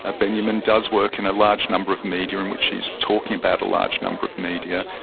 ah benjamin does work in a large number of media, in which he's talking about a large number of media,